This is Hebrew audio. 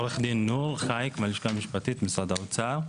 אני עורך דין נור חאיך מהלשכה המשפטית במשרד האוצר.